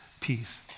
peace